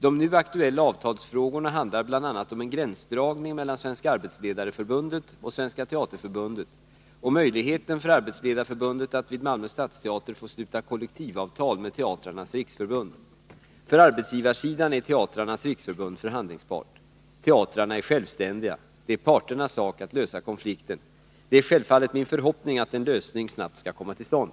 De nu aktuella avtalsfrågorna handlar bl.a. om en gränsdragning mellan SALF och Svenska teaterförbundet och möjligheten för SALF att vid Malmö stadsteater få sluta kollektivavtal med Teatrarnas riksförbund. För arbetsgivarsidan är Teatrarnas riksförbund förhandlings part. Teatrarna är självständiga. Det är parternas sak att lösa konflikten. Det är självfallet min förhoppning att en lösning snabbt skall komma till stånd.